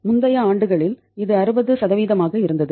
முந்தைய ஆண்டுகளில் இது 60 ஆக இருந்தது